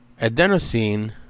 adenosine